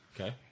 Okay